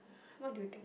what do you think